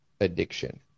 addiction